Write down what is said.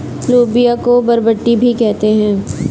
लोबिया को बरबट्टी भी कहते हैं